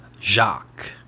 Jacques